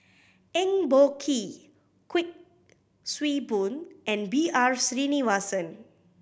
Eng Boh Kee Kuik Swee Boon and B R Sreenivasan